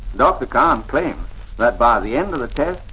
dr kahn claims that by the end of the test,